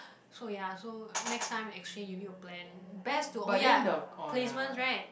so ya so next time exchange you need to plan best to oh ya placements right